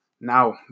now